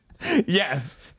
Yes